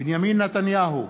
בנימין נתניהו,